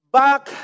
back